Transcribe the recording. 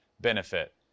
benefit